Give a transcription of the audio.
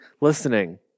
listening